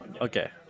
Okay